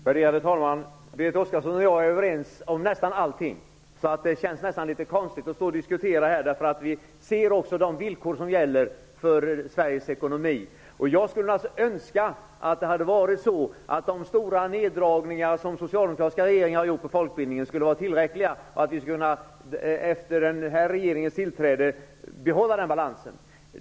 Värderade talman! Berit Oscarsson och jag är överens om nästan allting. Det känns litet konstigt att diskutera frågan då vi vet vilka villkor som gäller för Sveriges ekonomi. Jag skulle alltså önska att de stora neddragningar som socialdemokratiska regeringar gjort på folkbildningens område skulle ha varit tillräckliga, så att vi efter den här regeringens tillträde hade kunnat behålla balansen.